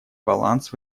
баланс